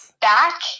back